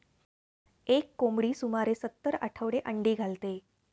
एक कोंबडी सुमारे सत्तर आठवडे अंडी घालते